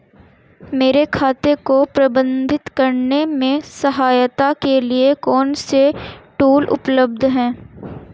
मेरे खाते को प्रबंधित करने में सहायता के लिए कौन से टूल उपलब्ध हैं?